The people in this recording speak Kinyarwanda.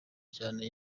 cyane